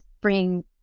bring